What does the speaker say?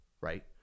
right